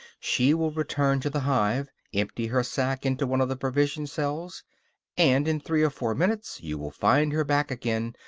she will return to the hive, empty her sac into one of the provision-cells and in three or four minutes you will find her back again,